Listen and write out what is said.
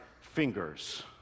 fingers